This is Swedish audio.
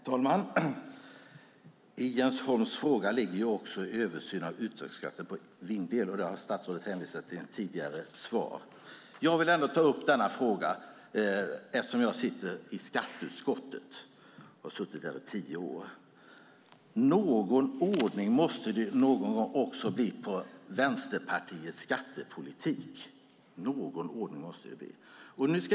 Herr talman! I Jens Holms fråga ligger också en översyn av uttagsskatter på vindkraftsel, och det har statsrådet hänvisat till i ett tidigare svar. Jag vill ändå ta upp denna fråga eftersom jag sitter i skatteutskottet. Jag har suttit där i tio år. Någon ordning måste det någon gång bli också på Vänsterpartiets skattepolitik! Någon ordning måste det bli.